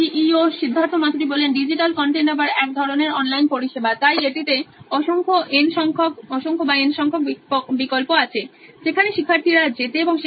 Siddharth Maturi C E O নোইন electronics digital content আবার একধরনের অনলাইন পরিষেবা তাই এটিতে অসংখ্য n সংখ্যক বিকল্প আছে যেখানে শিক্ষার্থীরা যেতে এবং সেখান থেকে শিক্ষা নিতে পারে